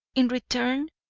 in return,